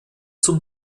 zum